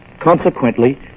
Consequently